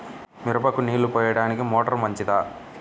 మిరపకు నీళ్ళు పోయడానికి మోటారు మంచిదా?